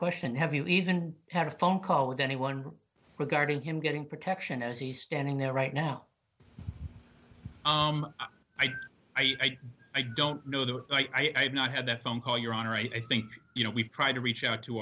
question have you even had a phone call with anyone regarding him getting protection as he's standing there right now i don't i i don't know that i've not had that phone call your honor i think you know we've tried to reach